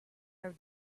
have